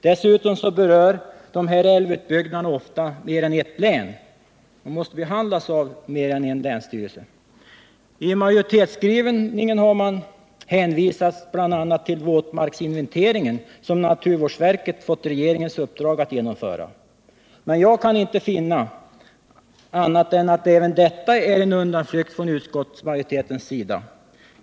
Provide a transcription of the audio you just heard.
Dessutom berör de här älvutbyggnaderna ofta mer än ett län och måste behandlas av mer än en länsstyrelse. I majoritetsskrivningen hänvisas bl.a. till våtmarksinventeringen, som naturvårdsverket fått regeringens uppdrag att genomföra. Men jag kan inte finna annat än att även detta är en undanflykt från utskottsmajoritetens sida.